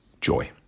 joy